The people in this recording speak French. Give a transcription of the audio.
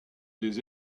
des